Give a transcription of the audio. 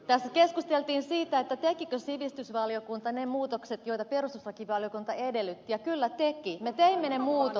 tässä keskusteltiin siitä tekikö sivistysvaliokunta ne muutokset joita perustuslakivaliokunta edellytti ja kyllä teki